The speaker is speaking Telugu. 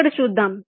ఇక్కడ చూద్దాం